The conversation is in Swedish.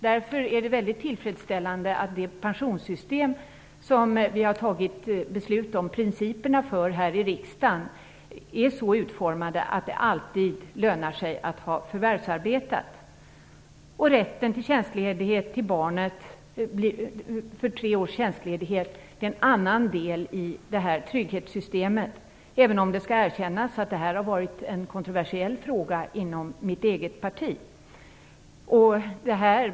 Därför är det väldigt tillfredsställande att principerna för det nya pensionssystemet, som riksdagen har fattat beslut om, är så utformade att det alltid lönar sig att ha förvärvsarbetat. Rätten till tre års tjänstledighet blir en annan del i detta trygghetssystem, även om det skall erkännas att det har varit en kontroversiell fråga inom mitt eget parti.